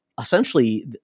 Essentially